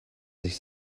sich